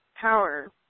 power